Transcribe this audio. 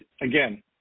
Again